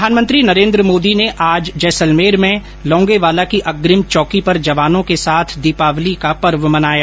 प्रधानमंत्री नरेन्द्र मोदी ने आज जैसलमेर में लोंगेवाला की अग्रिम चौकी पर जवानों के साथ दीपावली का पर्व मनाया